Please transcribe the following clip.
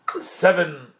seven